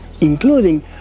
including